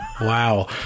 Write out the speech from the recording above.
wow